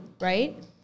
right